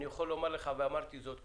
אני יכול לומר ואמרתי זאת קודם,